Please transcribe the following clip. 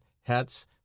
hats